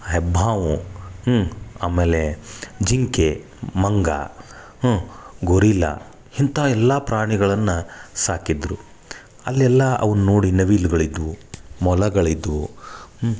ಹೆಬ್ಬಾವು ಹ್ಞೂ ಆಮೇಲೆ ಜಿಂಕೆ ಮಂಗ ಹ್ಞೂ ಗೋರಿಲ್ಲ ಇಂಥ ಎಲ್ಲ ಪ್ರಾಣಿಗಳನ್ನು ಸಾಕಿದ್ದರು ಅಲ್ಲೆಲ್ಲ ಅವನ್ನು ನೋಡಿ ನವಿಲುಗಳಿದ್ದವು ಮೊಲಗಳಿದ್ದವು ಹ್ಞೂ